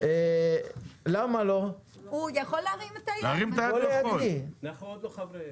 אני לא חבר הוועדה.